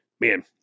Man